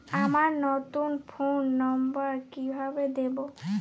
আমার নতুন phone number কিভাবে দিবো?